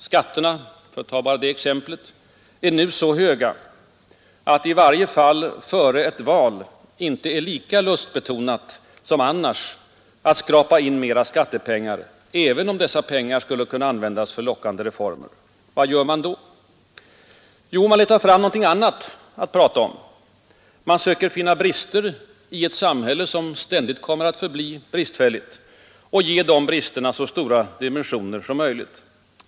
Skatterna — för att ta det exemplet bara — är nu så höga att det, i varje fall före val, inte är lika lustbetonat som annars att skrapa in mera skattepengar, även om dessa pengar skulle kunna användas för lockande reformer. Vad gör man då? Jo, man letar fram någonting annat att prata om. Man söker finna brister i ett samhälle, som ständigt kommer att vara bristfälligt, och ge dem så stora dimensioner som möjligt.